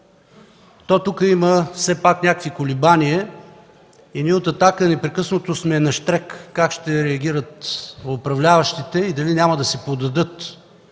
то тук има все пак някакви колебания и ние от „Атака” непрекъснато сме нащрек как ще реагират управляващите и дали няма да се поддадат.